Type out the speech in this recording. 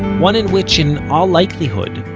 one in which, in all likelihood,